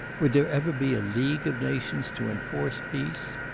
would there ever be a league of nations to enforce peace?